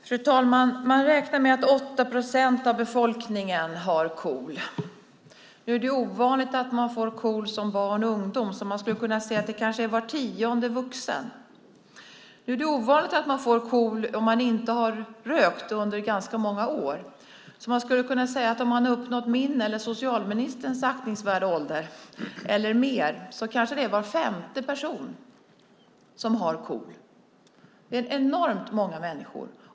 Fru talman! Man räknar med att 8 procent av befolkningen har KOL. Det är ovanligt att barn och ungdomar får KOL, så man skulle kunna säga att det kanske är var tionde vuxen som får KOL. Det är också ovanligt att man får KOL om man på ganska många år inte har rökt. Därför skulle man kunna säga att bland dem som uppnått min eller socialministerns aktningsvärda ålder eller mer har kanske var femte person KOL. Det handlar alltså om enormt många människor.